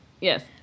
Yes